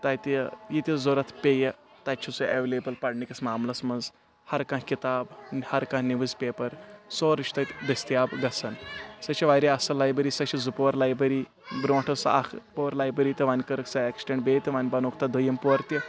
تتہِ یہِ تہِ ضرورت پیٚیہِ تتہِ چھ سُہ اولیبل پرنہ کس ماملس منز ہر کانہہ کتاب ہر کانہہ نِوٕز پیپر سُورے چھِ تتہِ دستیاب گژھان سۄ چھ واریاہ اصل لایبری سۄ چھ زِ پور لایبری برونٹھ ٲس سۄ اکھ پور لایبری تہِ وۄنۍ کرکھ سۄ اکسٹنڈ بیٚیہِ تہٕ وۄنۍ بناوکھ تتھ دویم پور تہِ